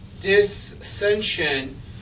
dissension